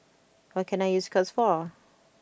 what can I use Scott's for